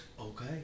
Okay